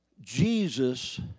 Jesus